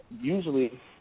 usually